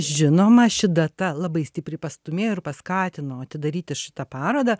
žinoma ši data labai stipriai pastūmėjo ir paskatino atidaryti šitą parodą